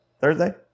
Thursday